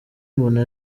mbona